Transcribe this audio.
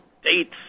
States